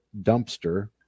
dumpster